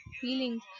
feelings